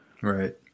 Right